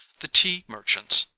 the tea merchants,